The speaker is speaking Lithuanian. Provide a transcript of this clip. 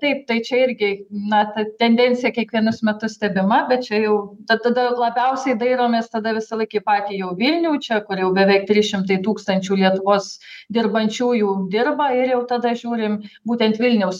taip tai čia irgi na ta tendencija kiekvienus metus stebima bet čia jau tada labiausiai dairomės tada visąlaik į patį jau vilnių čia kur jau beveik trys šimtai tūkstančių lietuvos dirbančiųjų dirba ir jau tada žiūrim būtent vilniaus